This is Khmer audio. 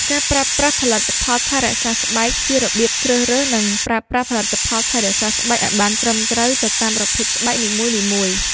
ការប្រើប្រាស់ផលិតផលថែរក្សាស្បែក ជារបៀបជ្រើសរើស និងប្រើប្រាស់ផលិតផលថែរក្សាស្បែកឱ្យបានត្រឹមត្រូវទៅតាមប្រភេទស្បែកនីមួយៗ។